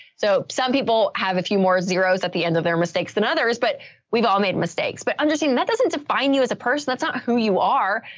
so some people have a few more zeros at the end of their mistakes than others, but we've all made mistakes. but understanding that doesn't define you as a person. that's not who you are.